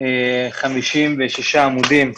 56 עמודים,